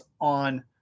on